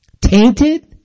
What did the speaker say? tainted